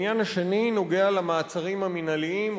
והעניין השני נוגע במעצרים המינהליים,